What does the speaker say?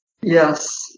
Yes